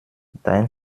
dein